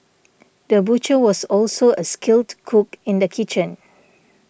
the butcher was also a skilled cook in the kitchen